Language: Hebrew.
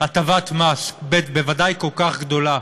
הטבת מס, בוודאי כל כך גדולה,